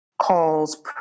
Calls